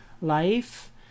life